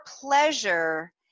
pleasure